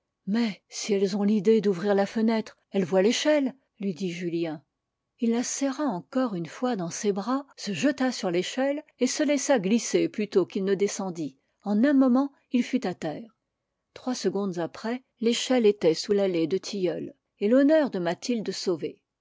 mais si elles ont l'idée d'ouvrir la fenêtre elles voient l'échelle lui dit julien il la serra encore une fois dans ses bras se jeta sur l'échelle et se laissa glisser plutôt qu'il ne descendit en un moment il fut à terre trois secondes après l'échelle était sous l'allée de tilleuls et l'honneur de mathilde sauvé